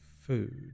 food